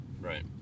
Right